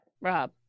rob